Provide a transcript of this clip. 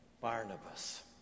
Barnabas